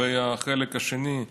לגבי החלק השני,